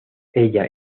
ella